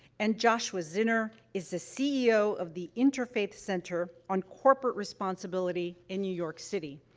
and joshua zinner is the ceo of the interfaith center on corporate responsibility in new york city.